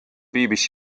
bbc